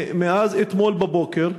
מאז אתמול בבוקר,